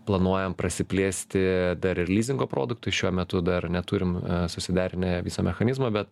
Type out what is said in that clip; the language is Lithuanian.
planuojam prasiplėsti dar ir lizingo produktui šiuo metu dar neturim susiderinę viso mechanizmo bet